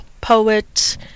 poet